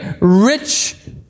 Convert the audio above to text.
rich